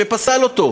והוא פסל אותו,